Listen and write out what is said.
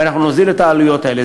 ואנחנו נוזיל את העלויות האלה.